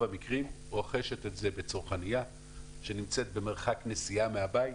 המקרים רוכשת את זה בצרכנייה שנמצאת במרחק נסיעה מהבית,